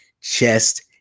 chest